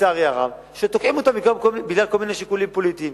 לצערי הרב שתוקעים אותם בגלל כל מיני שיקולים פוליטיים.